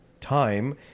time